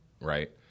right